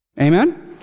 Amen